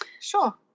Sure